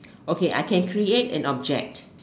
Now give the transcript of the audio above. okay I can create an object